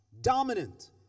Dominant